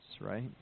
right